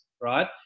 right